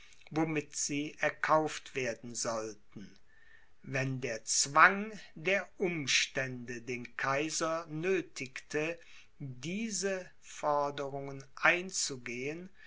womit sie erkauft werden sollten wenn der zwang der umstände den kaiser nöthigte diese forderungen einzugehen